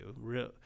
Real